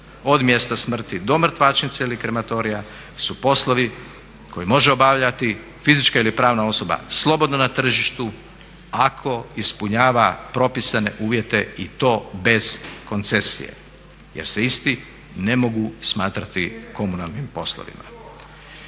od mjesta smrti do mrtvačnice ili krematorija su poslovi koje može obavljati fizička ili pravna osoba slobodno na tržištu ako ispunjava propisane uvjete i to bez koncesije jer se isti ne mogu smatrati komunalnim poslovima.